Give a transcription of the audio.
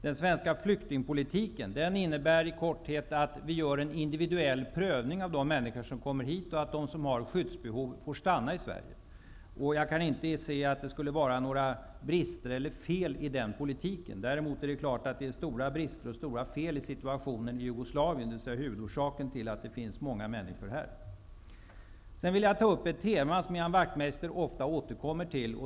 Den svenska flyktingpolitiken innebär i korthet att vi gör en individuell prövning när det gäller människor som kom mer hit och att de som har skyddsbehov får stanna i Sverige. Jag kan inte se att det skulle vara några brister eller fel i den politiken. Däremot är det klart att det finns stora brister och fel i situationen i Jugoslavien, dvs. huvudorsaken till att det finns många människor här. Sedan vill jag ta upp ett tema som Ian Wachtmeister ofta återkommer till.